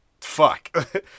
fuck